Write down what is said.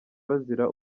bazira